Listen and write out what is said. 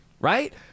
Right